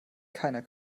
keiner